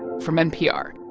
from npr